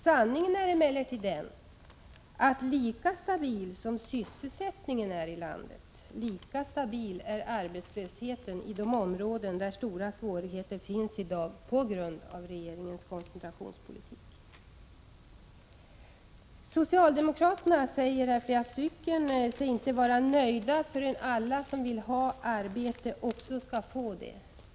Sanningen är den att lika stabil som sysselsättningen är i landet, lika stabil är arbetslösheten i de områden där stora svårigheter finns i dag på grund av regeringens koncentrationspolitik. Socialdemokraterna säger sig inte vara nöjda förrän alla som vill ha ett arbete också får det.